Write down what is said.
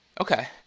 Okay